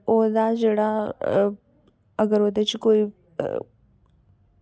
ओह्दा जेह्ड़ा अगर ओह्दे च कोई